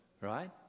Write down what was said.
right